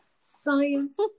Science